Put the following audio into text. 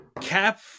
cap